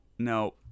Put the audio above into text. No